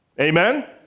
Amen